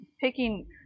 picking